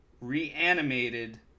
reanimated